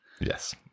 Yes